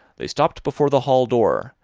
they stopped before the hall door,